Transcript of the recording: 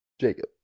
Jacob